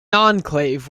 enclave